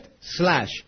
Slash